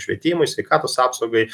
švietimui sveikatos apsaugai